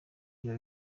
bya